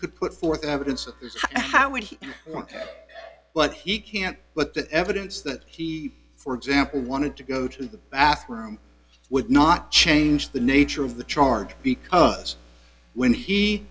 could put forth evidence of how would he want but he can't but the evidence that he for example wanted to go to the bathroom would not change the nature of the charge because when he